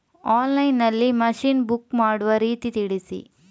Online ನಲ್ಲಿ machine book ಮಾಡುವ ರೀತಿ ತಿಳಿಸಿ?